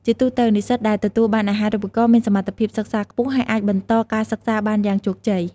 ជាទូទៅ និស្សិតដែលទទួលបានអាហារូបករណ៍មានសមត្ថភាពសិក្សាខ្ពស់ ហើយអាចបញ្ចប់ការសិក្សាបានយ៉ាងជោគជ័យ។